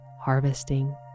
harvesting